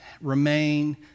remain